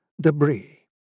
debris